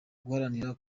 duharanira